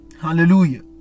Hallelujah